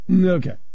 Okay